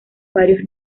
varios